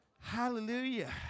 Hallelujah